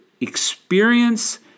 experience